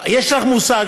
יש לך מושג,